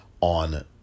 on